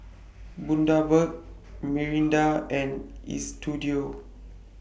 Bundaberg Mirinda and Istudio